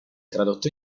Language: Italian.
tradotto